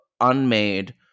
Unmade